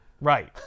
Right